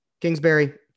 Kingsbury